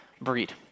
breed